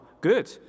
good